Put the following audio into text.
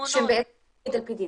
שהן בעצם על פי דין.